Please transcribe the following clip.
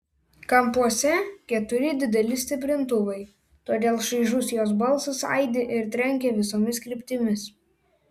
kampuose keturi dideli stiprintuvai todėl šaižus jos balsas aidi ir trenkia visomis kryptimis